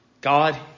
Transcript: God